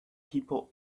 people